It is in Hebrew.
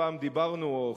פעם דיברנו,